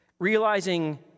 Realizing